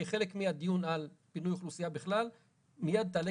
כחלק מהדיון על פינוי אוכלוסייה בכלל מיד תעלה